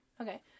Okay